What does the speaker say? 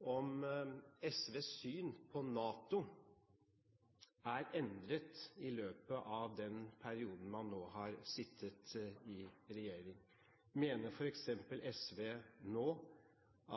om SVs syn på NATO er endret i løpet av den perioden man nå har sittet i regjering. Mener f.eks. SV nå